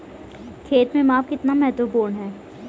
खेत में माप कितना महत्वपूर्ण है?